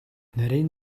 нарийн